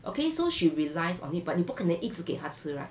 okay so she relies on it but 你不可能一直给她吃 [right]